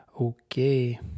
Okay